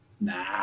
Nah